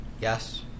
Yes